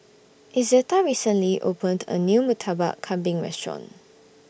Izetta recently opened A New Murtabak Kambing Restaurant